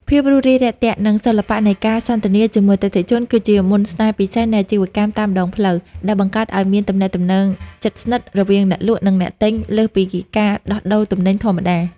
ភាពរួសរាយរាក់ទាក់ និងសិល្បៈនៃការសន្ទនាជាមួយអតិថិជន គឺជាមន្តស្នេហ៍ពិសេសនៃអាជីវកម្មតាមដងផ្លូវ ដែលបង្កើតឱ្យមានទំនាក់ទំនងជិតស្និទ្ធរវាងអ្នកលក់ និងអ្នកទិញលើសពីការដោះដូរទំនិញធម្មតា។